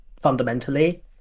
fundamentally